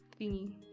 thingy